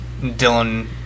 dylan